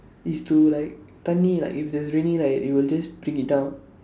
is to like tell me like if there's raining right it will just bring it down